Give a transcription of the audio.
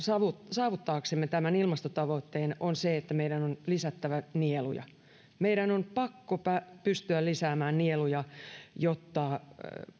saavuttaaksemme tämän ilmastotavoitteen on se että meidän on lisättävä nieluja meidän on pakko pystyä lisäämään nieluja jotta